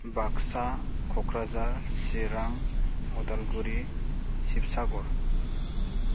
Baksa Kokrajhar Chirang Udalguri Sivasagar